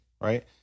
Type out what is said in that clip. right